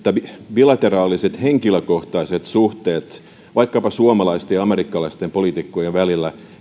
bilateraalisten henkilökohtaisten suhteiden merkitys vaikkapa suomalaisten ja amerikkalaisten poliitikkojen välillä